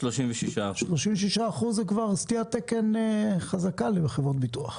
36%. 36% זה כבר סטיית תקן חזקה לחברות ביטוח.